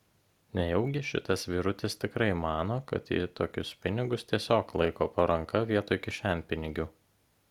nejaugi šitas vyrutis tikrai mano kad ji tokius pinigus tiesiog laiko po ranka vietoj kišenpinigių